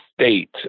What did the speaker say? state